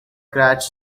crash